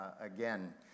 again